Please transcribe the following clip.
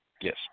Yes